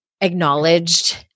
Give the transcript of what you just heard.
acknowledged